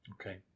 Okay